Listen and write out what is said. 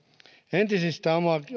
entisistä